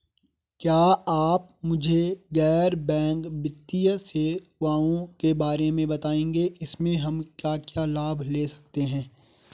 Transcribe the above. क्या आप मुझे गैर बैंक वित्तीय सेवाओं के बारे में बताएँगे इसमें हम क्या क्या लाभ ले सकते हैं?